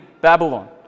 Babylon